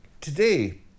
today